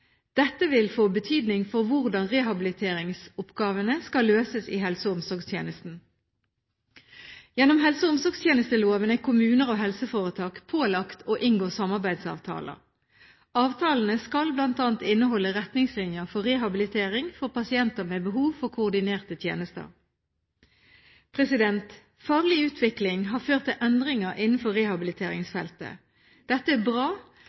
Dette vil få betydning for hvordan rehabiliteringsoppgavene skal løses i helse- og omsorgstjenesten. Gjennom helse- og omsorgstjenesteloven er kommuner og helseforetak pålagt å inngå samarbeidsavtaler. Avtalene skal bl.a. inneholde retningslinjer for rehabilitering for pasienter med behov for koordinerte tjenester. Faglig utvikling har ført til endringer innenfor rehabiliteringsfeltet. Dette er bra,